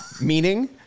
meaning